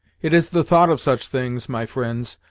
it is the thought of such things, my fri'nds,